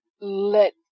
let